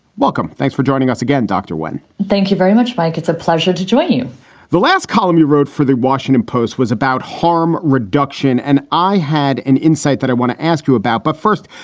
welcome. thanks for joining us again, dr. wen thank you very much. mike, it's a pleasure to join you the last column you wrote for the washington post was about harm reduction. and i had an insight that i want to ask you about. but first,